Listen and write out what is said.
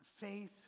faith